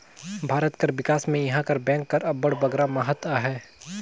भारत कर बिकास में इहां कर बेंक कर अब्बड़ बगरा महत अहे